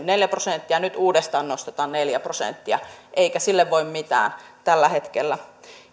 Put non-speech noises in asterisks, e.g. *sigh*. *unintelligible* neljä prosenttia nyt uudestaan nostetaan neljä prosenttia eikä sille voi mitään tällä hetkellä